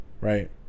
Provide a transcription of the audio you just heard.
Right